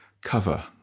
cover